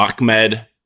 Ahmed